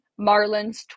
Marlins